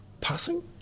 passing